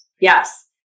Yes